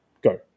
go